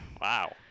Wow